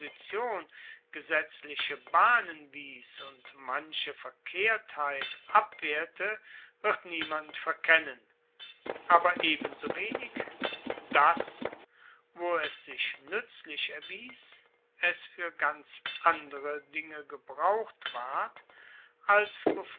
gesetzliche bahnen wies und manche verkehrtheit abwehrte wird niemand verkennen aber ebensowenig dass wo es sich nuetzlich erwies es fuer ganz andere dinge gebraucht ward als